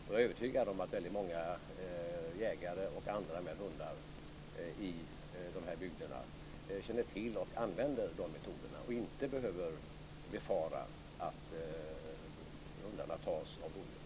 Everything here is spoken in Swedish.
Jag är övertygad om att många jägare och andra med hundar i dessa bygder känner till och använder de metoderna och inte behöver befara att hundarna tas av rovdjur.